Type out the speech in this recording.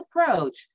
approach